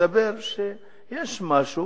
מסתבר שיש משהו